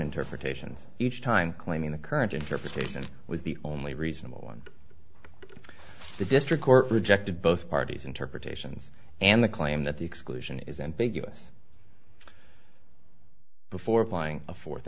interpretations each time claiming the current interpretation was the only reasonable one the district court rejected both parties interpretations and the claim that the exclusion is ambiguous before applying a fourth